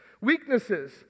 Weaknesses